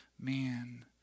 man